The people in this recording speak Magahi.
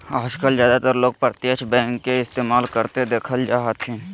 आजकल ज्यादातर लोग प्रत्यक्ष बैंक के इस्तेमाल करते देखल जा हथिन